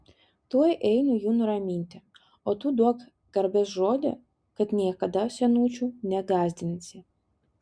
tuoj einu jų nuraminti o tu duok garbės žodį kad niekada senučių negąsdinsi